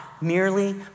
merely